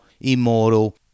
immortal